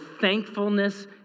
thankfulness